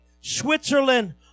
Switzerland